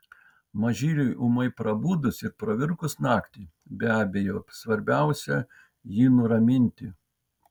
mažyliui ūmai prabudus ir pravirkus naktį be abejo svarbiausia jį nuraminti